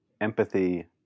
empathy